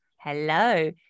Hello